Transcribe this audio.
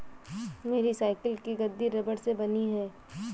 मेरी साइकिल की गद्दी रबड़ से बनी है